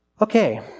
Okay